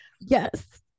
yes